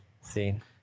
seen